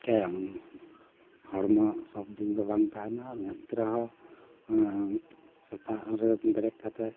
ᱪᱤᱠᱟᱹᱭᱟᱢ ᱦᱚᱲᱢᱚ ᱥᱚᱵᱽ ᱫᱤᱱ ᱫᱚ ᱵᱟᱝ ᱛᱟᱦᱮᱱᱟ ᱱᱤᱛ ᱨᱮᱦᱚᱸ ᱥᱮᱛᱟᱜ ᱨᱮ ᱵᱮᱨᱮᱫ ᱠᱟᱛᱮᱫ